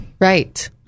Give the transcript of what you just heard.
Right